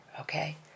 okay